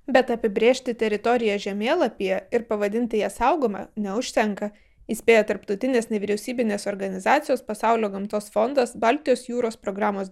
bet apibrėžti teritoriją žemėlapyje ir pavadinti ją saugoma neužtenka įspėja tarptautinės nevyriausybinės organizacijos pasaulio gamtos fondas baltijos jūros programos